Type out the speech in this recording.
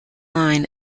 line